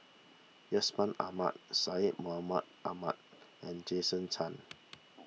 Yusman Aman Syed Mohamed Ahmed and Jason Chan